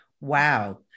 Wow